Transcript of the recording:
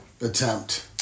attempt